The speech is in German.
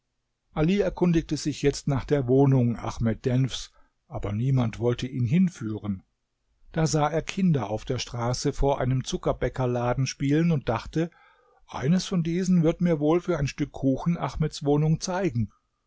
ali erkundigte sich jetzt nach der wohnung ahmed denfs aber niemand wollte ihn hinführen da sah er kinder auf der straße vor einem zuckerbäckerladen spielen und dachte eines von diesen wird mir wohl für ein stück kuchen ahmeds wohnung zeigen